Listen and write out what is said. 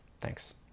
Thanks